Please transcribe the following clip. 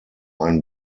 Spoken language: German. ein